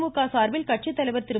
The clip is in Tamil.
திமுக சார்பில் கட்சித்தலைவர் திரு